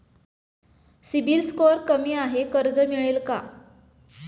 CIBIL score कमी आहे कर्ज मिळेल का?